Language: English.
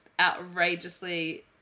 outrageously